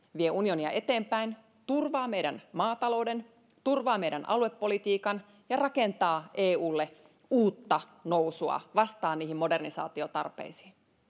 vie unionia eteenpäin turvaa meidän maatalouden turvaa meidän aluepolitiikan ja rakentaa eulle uutta nousua vastaa niihin modernisaatiotarpeisiin